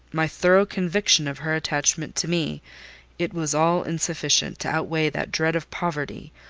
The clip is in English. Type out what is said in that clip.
my thorough conviction of her attachment to me it was all insufficient to outweigh that dread of poverty,